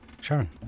Sharon